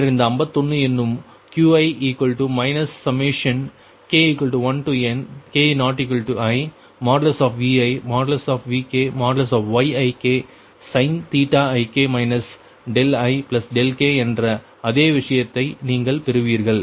பின்னர் இந்த 51 என்னும் Qi k1 k≠inViVkYiksin ik ik என்ற அதே விஷயத்தை நீங்கள் பெறுவீர்கள்